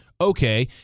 Okay